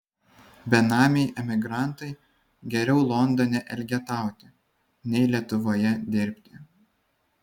benamiai emigrantai geriau londone elgetauti nei lietuvoje dirbti